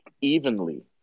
evenly